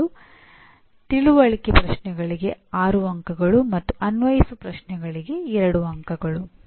ಅದನ್ನು ಹೇಗೆ ಸಾಧಿಸಬೇಕು ಎಂಬ ವಿಷಯವನ್ನು ನಿರ್ಧರಿಸಲು ಶಿಕ್ಷಕರಿಗೆ ಅದಕ್ಕಾಗಿ ಅಗತ್ಯವಿರುವ ಎಲ್ಲ ಸ್ವಾತಂತ್ರ್ಯವಿದೆ